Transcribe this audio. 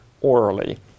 orally